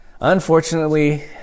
Unfortunately